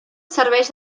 serveix